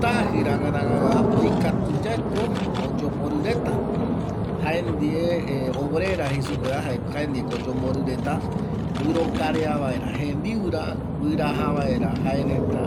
Tajƚ ranga ranga oikatu yaeko oyomborƚ retea jaendie obrera jei supeva jaendieko oyomborƚ reta guƚrokarea vaera jembiura, guƚraja vaera jaereta